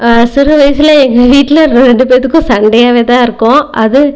சிறு வயசுலே எங்கள் வீட்டில் ரெண்டு பேற்றுக்கும் சண்டையாகவே தான் இருக்கும் அது